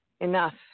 Enough